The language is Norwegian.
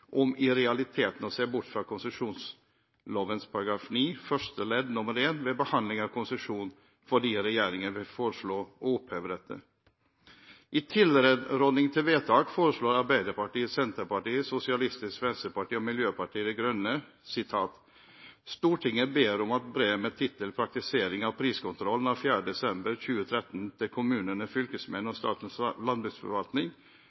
om i realiteten å se bort fra konsesjonsloven § 9 første ledd nr. 1 ved behandling av konsesjon, fordi regjeringen vil foreslå å oppheve dette. I tilråding til vedtak foreslår Arbeiderpartiet, Senterpartiet, Sosialistisk Venstreparti og Miljøpartiet De Grønne følgende: «Stortinget ber om at brev med tittel Praktisering av priskontrollen av 4. desember 2013 til kommunene,